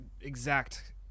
exact